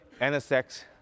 NSX